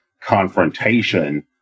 confrontation